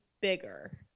bigger